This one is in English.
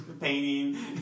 Painting